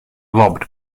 robbed